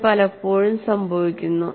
ഇത് പലപ്പോഴും സംഭവിക്കുന്നു